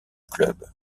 club